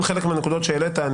חלק מהנקודות שהעלית,